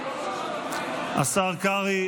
השר קרעי,